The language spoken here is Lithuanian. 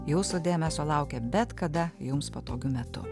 jūsų dėmesio laukia bet kada jums patogiu metu